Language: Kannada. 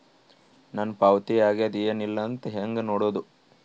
ನನ್ನ ಪಾವತಿ ಆಗ್ಯಾದ ಏನ್ ಇಲ್ಲ ಅಂತ ಹೆಂಗ ನೋಡುದು?